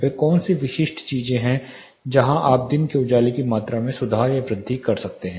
वे कौन सी विशिष्ट चीजें हैं जहां आप दिन के उजाले की मात्रा में सुधार या वृद्धि कर सकते हैं